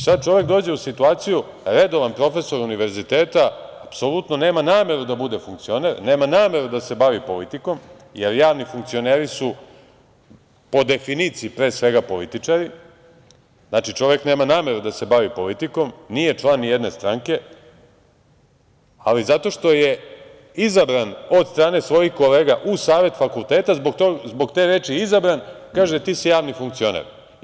Sad čovek dođe u situaciju, redovan profesor univerziteta, apsolutno nema nameru da bude funkcioner, nema nameru da se bavi politikom, jer javni funkcioneri su po definiciji pre svega političari, znači, čovek nema nameru da se bavi politikom, nije član nijedne stranke, ali zato što je izabran od strane svojih kolega u savet fakulteta, zbog te reči „izabran“, kažu – ti si javni funkcioner.